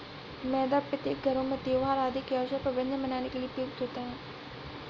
मैदा प्रत्येक घरों में त्योहार आदि के अवसर पर व्यंजन बनाने के लिए प्रयुक्त होता है